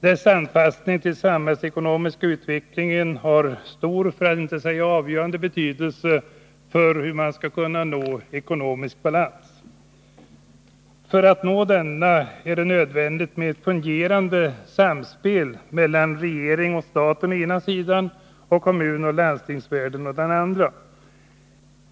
Dess anpassning till den samhällsekonomiska utvecklingen har stor, för att inte säga avgörande, betydelse för strävandena att nå ekonomisk balans. För att nå detta mål är det nödvändigt med ett fungerande samspel mellan staten/regeringen å ena sidan och kommuner och landsting å andra sidan.